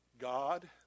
God